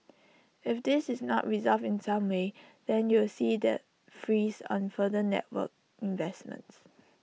if this is not resolved in some way then you'll see the freeze on further network investments